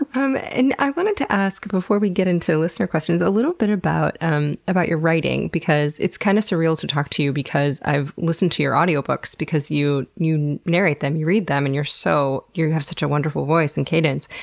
um and i wanted to ask, before we get into listener questions, a little bit about um about your writing, because it's kind of surreal to talk to you because i've listened to your audio books. you you narrate them, you read them, and you're so, you have such a wonderful voice and cadence.